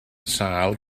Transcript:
sâl